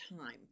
time